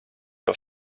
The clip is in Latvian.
jau